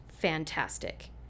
fantastic